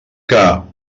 que